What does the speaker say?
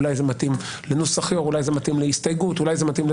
ם גלובליים ויחידות עסקיות בהיקפים גדולים של מאות מיליוני דולרים.